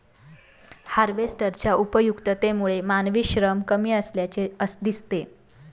हार्वेस्टरच्या उपयुक्ततेमुळे मानवी श्रम कमी असल्याचे दिसते